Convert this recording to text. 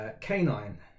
Canine